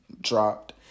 dropped